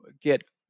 get